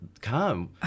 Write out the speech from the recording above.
come